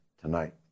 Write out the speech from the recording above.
tonight